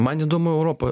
man įdomu europa